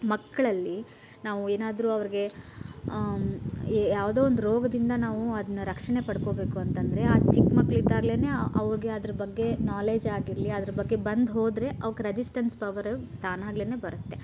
ಮಕ್ಕಳಲ್ಲಿ ನಾವು ಏನಾದರೂ ಅವ್ರಿಗೆ ಯಾವುದೋ ಒಂದು ರೋಗದಿಂದ ನಾವು ಅದನ್ನ ರಕ್ಷಣೆ ಪಡ್ಕೋಬೇಕು ಅಂತಂದರೆ ಆ ಚಿಕ್ಕಮಕ್ಳು ಇದ್ದಾಗಲೇನೆ ಅವ್ರಿಗೆ ಅದ್ರ ಬಗ್ಗೆ ನಾಲೆಜ್ ಆಗಿರಲಿ ಅದ್ರ ಬಗ್ಗೆ ಬಂದು ಹೋದರೆ ಅವಕ್ಕೆ ರಸಿಸ್ಟೆನ್ಸ್ ಪವರು ತಾನಾಗೇನೇ ಬರುತ್ತೆ